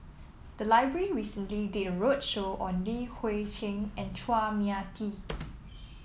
the library recently did a roadshow on Li Hui Cheng and Chua Mia Tee